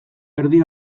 erdi